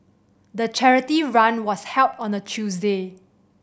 the charity run was held on a Tuesday